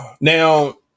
now